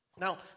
Now